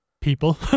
people